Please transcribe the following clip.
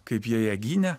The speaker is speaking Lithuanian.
kaip jie ją gynė